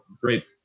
great